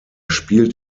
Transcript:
spielt